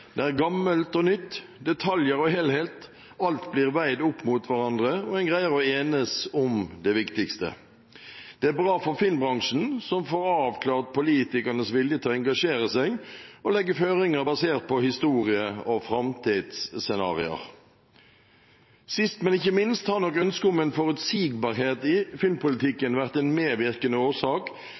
gammelt og nytt, detaljer og helhet – alt – blir veid opp mot hverandre og en greier å enes om det viktigste. Det er bra for filmbransjen, som får avklart politikernes vilje til å engasjere seg og legge føringer basert både på historie og framtidsscenarioer. Sist, men ikke minst har nok ønsket om en forutsigbarhet i filmpolitikken vært en medvirkende årsak